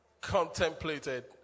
contemplated